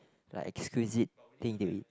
like exquisite thing to eat